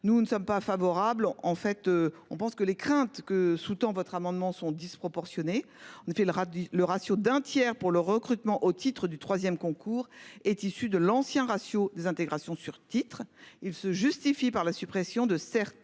nous ne sommes pas favorables, en fait, on pense que les craintes que sous-tend votre amendement sont disproportionnées. On a fait le, le ratio d'un tiers pour le recrutement au titre du 3ème concours est issu de l'ancien ratio désintégration sur titre. Il se justifie par la suppression de certes